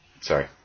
Sorry